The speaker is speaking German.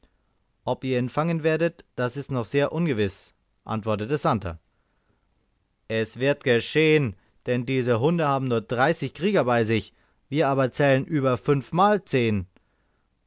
ob ihr ihn fangen werdet das ist noch sehr ungewiß antwortete santer es wird geschehen denn diese hunde haben nur dreißig krieger bei sich wir aber zählen über fünfmal zehn